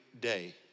day